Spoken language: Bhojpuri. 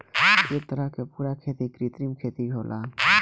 ए तरह के पूरा खेती कृत्रिम खेती होला